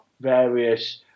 various